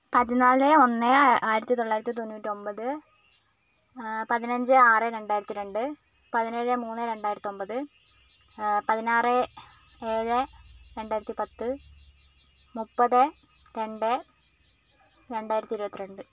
പതിനാല് ഒന്ന് ആ ആയിരത്തി തൊള്ളായിരത്തി തൊണ്ണൂറ്റൊൻപത് പതിനഞ്ച് ആറ് രണ്ടായിരത്തി രണ്ട് പതിനേഴ് മൂന്ന് രണ്ടായിരത്തൊൻപത് പതിനാറ് ഏഴ് രണ്ടായിരത്തി പത്ത് മുപ്പത് രണ്ട് രണ്ടായിരത്തി ഇരുപത്തിരണ്ട്